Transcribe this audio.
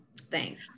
Thanks